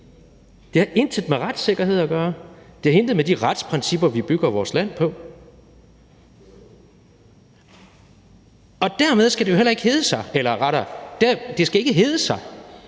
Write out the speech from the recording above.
Det har intet med retssikkerhed at gøre. Det har intet at gøre med de retsprincipper, vi bygger vores land på. Dermed skal det jo heller ikke hedde sig, at vi ikke til enhver tid